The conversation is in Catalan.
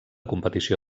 competició